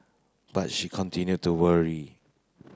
but she continue to worry